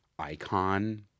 Icon